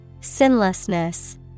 Sinlessness